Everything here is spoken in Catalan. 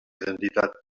identitat